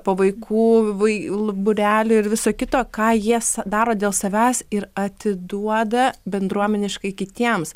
po vaikų vai būrelių ir viso kito ką jie sa daro dėl savęs ir atiduoda bendruomeniškai kitiems